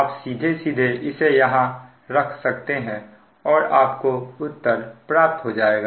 आप सीधे सीधे इसे यहां रख सकते हैं और आपको उत्तर प्राप्त हो जाएगा